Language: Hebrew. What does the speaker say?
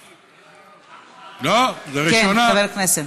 כן, חבר הכנסת.